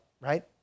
right